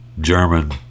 German